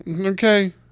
Okay